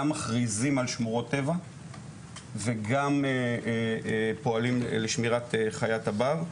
מכריזים על שמורות טבע וגם פועלים על שמירת חיית הבר.